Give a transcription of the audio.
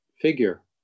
figure